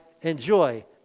enjoy